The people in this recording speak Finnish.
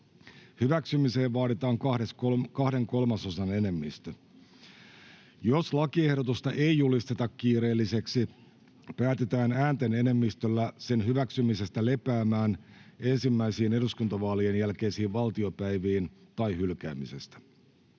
Hyväksymiseen vaaditaan kahden kolmasosan enemmistö. Jos lakiehdotusta ei julisteta kiireelliseksi, päätetään äänten enemmistöllä sen hyväksymisestä lepäämään ensimmäisiin eduskuntavaalien jälkeisiin valtiopäiviin tai hylkäämisestä.